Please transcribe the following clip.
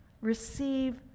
receive